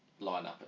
lineup